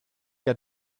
got